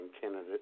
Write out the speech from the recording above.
candidate